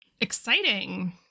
Exciting